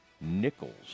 Nichols